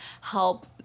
help